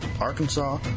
Arkansas